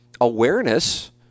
awareness